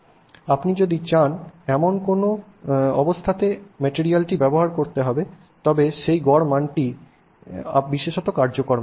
আপনি যদি চান এমন কোনও অবস্থাতে মাতেরিয়ালটি ব্যবহার করতে তবে সেই গড় মানটি বিশেষত কার্যকর মান